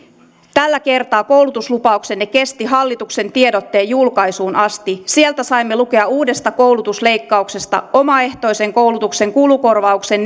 tällä kertaa koulutuslupauksenne kesti hallituksen tiedotteen julkaisuun asti sieltä saimme lukea uudesta koulutusleikkauksesta omaehtoisen koulutuksen kulukorvauksen